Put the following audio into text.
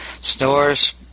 stores